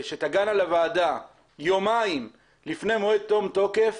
שתגענה לוועדה יומיים לפני מועד תום תוקף,